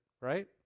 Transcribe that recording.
right